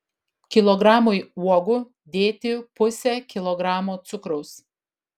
kilogramui uogų dėti pusę kilogramo cukraus